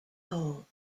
hole